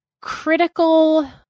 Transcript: critical